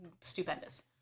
Stupendous